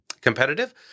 competitive